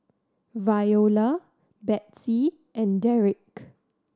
Viola Betsey and Dereck